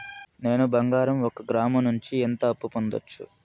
నేను బంగారం ఒక గ్రాము నుంచి ఎంత అప్పు పొందొచ్చు